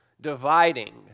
dividing